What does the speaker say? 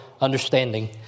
understanding